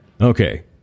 Okay